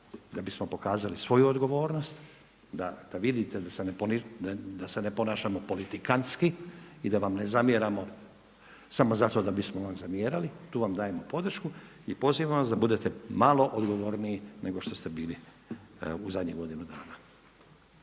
da bismo pokazali svoju odgovornost, da vidite da se ne ponašamo politikantski i da vam ne zamjeramo samo zato da bismo vam zamjerali, tu vam dajemo podršku i pozivamo vas da budete malo odgovorniji nego što ste bili u zadnjih godinu dana.